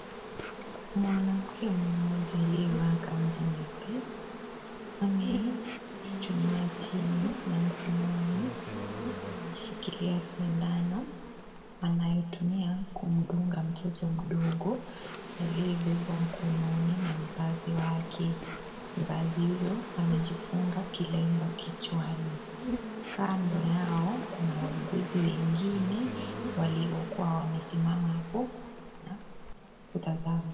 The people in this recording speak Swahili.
Mwanamke mmoja aliyevaa kanzu nyeupe, ame, chuchumaa chini na mkononi, ameshikilia sindano, anaitumia kumdunga mtoto mdogo, aliye bebwa mkononi na mzazi wake, mzazi huyo, amejifunga kilemba kichwani, kando yao kuna wauguzi wengine, waliokuwa wamesimama hapo, na , kutazama.